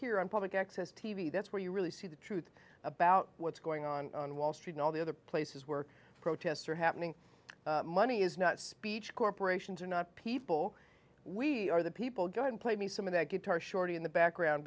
here on public access t v that's where you really see the truth about what's going on on wall street and all the other places where protests are happening money is not speech corporations are not people we are the people going play me some of that guitar shorty in the background